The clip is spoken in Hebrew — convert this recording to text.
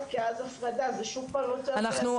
כי אז הפרדה זה שוב פעם יוצר- -- סליחה,